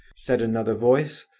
said another voice.